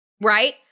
right